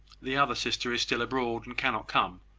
the other sister is still abroad, and cannot come.